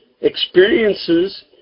experiences